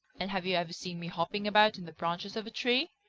and have you ever seen me hopping about in the branches of a tree?